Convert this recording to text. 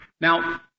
Now